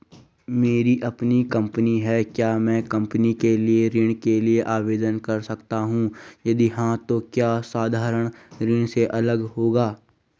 मेरी अपनी कंपनी है क्या मैं कंपनी के लिए ऋण के लिए आवेदन कर सकता हूँ यदि हाँ तो क्या यह साधारण ऋण से अलग होगा?